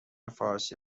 فارسی